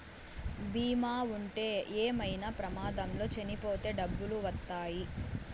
బీమా ఉంటే ఏమైనా ప్రమాదంలో చనిపోతే డబ్బులు వత్తాయి